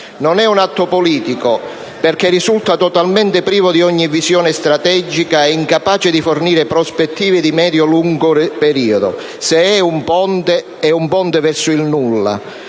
Non è atto politico, perché risulta totalmente privo di ogni visione strategica ed incapace di fornire prospettive di medio e lungo periodo. Se è un ponte, è un ponte verso il nulla: